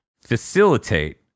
facilitate